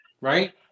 Right